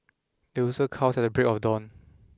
the rooster cows at the break of dawn